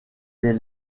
des